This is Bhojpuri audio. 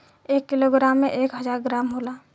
एक किलोग्राम में एक हजार ग्राम होला